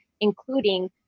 including